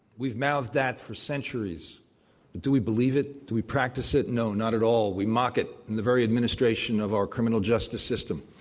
we've mouthed that for centuries. but do we believe it? do we practice it? no. not at all. we mock it in the very administration of our criminal justice system,